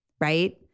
right